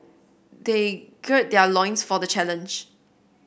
they gird their loins for the challenge